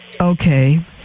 okay